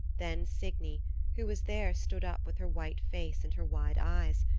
then signy who was there stood up with her white face and her wide eyes,